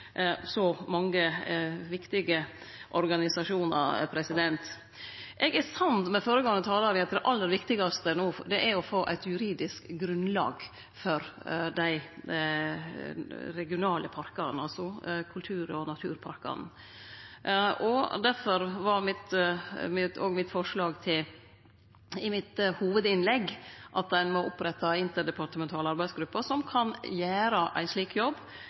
så mange viktige organisasjonar. Eg er samd med føregåande talar i at det aller viktigaste no er å få eit juridisk grunnlag for dei regionale kultur- og naturparkane. Difor var òg forslaget i mitt hovudinnlegg at ein må opprette interdepartementale arbeidsgrupper som kan gjere ein slik jobb,